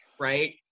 right